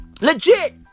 Legit